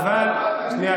שנייה.